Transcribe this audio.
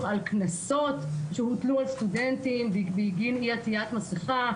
על קנסות שהוטלו על סטודנטים בגין אי עטיית מסכה,